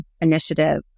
initiative